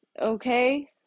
okay